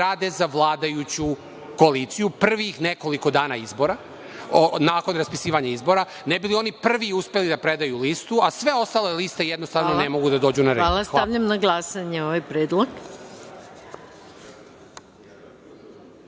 rade za vladajuću koaliciju prvih nekoliko dana nakon raspisivanja izbora, ne bi li oni prvi uspeli da predaju listu, a sve ostale liste jednostavno ne mogu da dođu na red. Hvala. **Maja Gojković** Hvala. Stavljam na glasanje ovaj